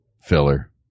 Filler